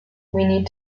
need